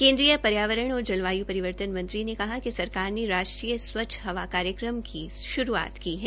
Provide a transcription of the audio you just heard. केन्द्रीय र्यावरण और जलवाय् रिवर्तन मंत्री ने कहा है कि सरकार ने राष्ट्रीय स्वचछ हवा कार्यक्रम की शुरूआत की है